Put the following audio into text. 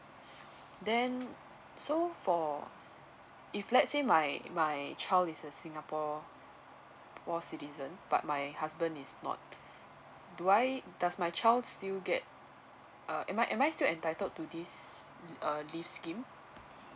then so for if let's say my my child is a singapore ~ pore citizen but my husband is not do I does my child still get uh am I am I still entitled to this uh leave scheme